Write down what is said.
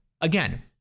Again